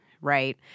right